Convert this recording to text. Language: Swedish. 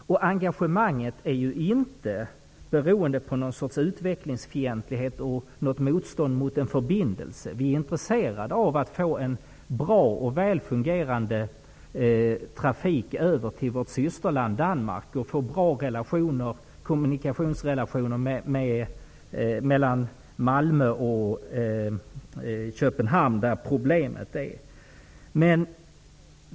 Engagemanget är inte beroende på något slags utvecklingsfientlighet eller på ett motstånd mot en förbindelse. Vi är intresserade av att få en bra och väl fungerande trafik över till vårt systerland Danmark och få bra kommunikationer mellan Malmö och Köpenhamn, där problemet finns.